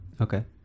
okay